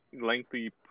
lengthy